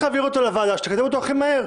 להעביר אותו לוועדה שתקדם אותו הכי מהר.